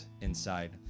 inside